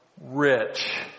rich